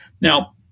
Now